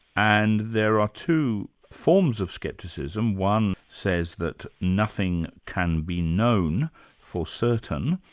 and there are two forms of skepticism one says that nothing can be known for certain,